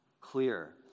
clear